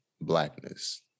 Blackness